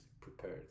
prepared